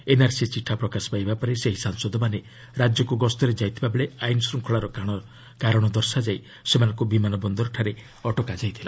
NRC ଚିଠା ପ୍ରକାଶ ପାଇବା ପରେ ସେହି ସାଂସଦମାନେ ରାଜ୍ୟକୁ ଗସ୍ତରେ ଯାଇଥିବା ବେଳେ ଆଇନ୍ ଶୃଙ୍ଖଳାର କାରଣ ଦର୍ଶାଯାଇ ସେମାନଙ୍କୁ ବିମାନ ବନ୍ଦରଠାରେ ଅଟକା ଯାଇଥିଲା